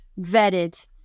vetted